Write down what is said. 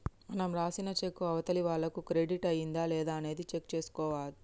మనం రాసిన చెక్కు అవతలి వాళ్లకు క్రెడిట్ అయ్యిందా లేదా అనేది చెక్ చేసుకోవచ్చు